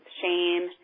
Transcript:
shame